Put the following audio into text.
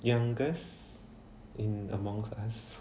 youngest in amongst us